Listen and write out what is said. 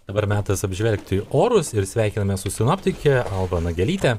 dabar metas apžvelgti orus ir sveikinamės su sinoptike alva nagelyte